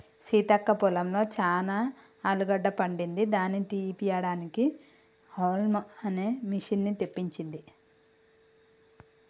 సీతక్క పొలంలో చానా ఆలుగడ్డ పండింది దాని తీపియడానికి హౌల్మ్ అనే మిషిన్ని తెప్పించింది